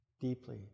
deeply